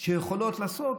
שיכולות לעשות,